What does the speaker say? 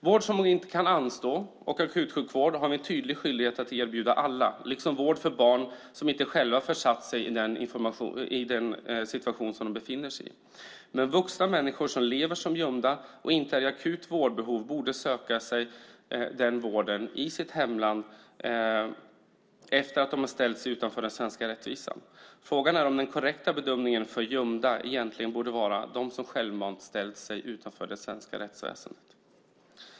Vård som inte kan anstå och akutsjukvård har vi en tydlig skyldighet att erbjuda alla, liksom vård för barn som inte själva försatt sig i den situation som de befinner sig i. Men vuxna människor som lever som gömda och inte är i akut vårdbehov borde söka sig den vården i sitt hemland efter att de har ställt sig utanför den svenska rättvisan. Frågan är om inte den korrekta benämningen av gömda egentligen borde vara de som självmant ställt sig utanför det svenska rättsväsendet.